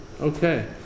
Okay